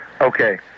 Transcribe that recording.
Okay